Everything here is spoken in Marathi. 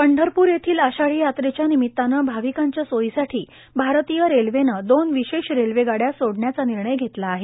पंढरपूर येथील आषाढी यात्रेच्या निमितानं भाविकांच्या सोयीसाठी भारतीय रेल्वेनं दोन विशेष रेल्व गाड्या सोडण्याचा निर्णय घेतला आहे